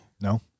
No